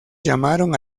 llamaron